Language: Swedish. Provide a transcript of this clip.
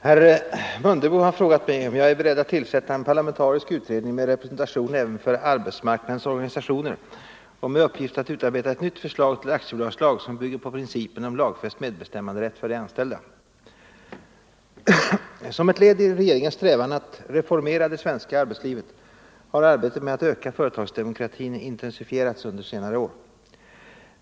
Herr talman! Herr Mundebo har frågat mig om jag är beredd att tillsätta en parlamentarisk utredning med representation även för arbetsmarknadens organisationer och med uppgift att utarbeta ett nytt förslag till aktiebolagslag som bygger på principen om lagfäst medbestämmanderätt för de anställda. Som ett led i regeringens strävan att reformera det svenska arbetslivet har arbetet med att öka företagsdemokratin intensifierats under senare år.